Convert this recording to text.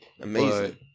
Amazing